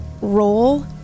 roll